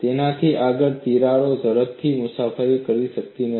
તેનાથી આગળ તિરાડો ઝડપથી મુસાફરી કરી શકતી નથી